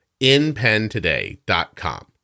InPentoday.com